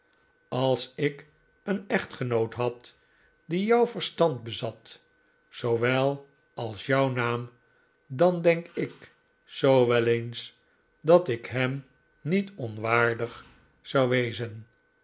als ik een echtgenoot had die jouw verstand bezat zoowel als jouw naam dan denk ik zoo wel eens dat ik hem niet onwaardig zou wezen